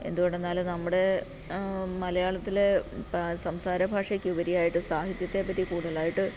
എന്തുകൊണ്ടെന്നാൽ നമ്മുടെ മലയാളത്തിലെ പ സംസാരഭാഷയ്ക്കുപരിയായിട്ട് സാഹിത്യത്തെപ്പറ്റി കൂടുതലായിട്ട്